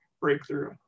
breakthrough